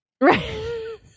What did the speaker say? Right